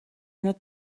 not